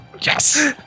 Yes